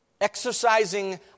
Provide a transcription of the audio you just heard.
Exercising